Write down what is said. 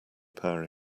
power